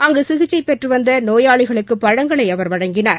அங்கு சிகிச்சை பெற்று வந்த நோயாளிகளுக்கு பழங்களை அவர் வழங்கினார்